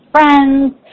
friends